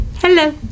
Hello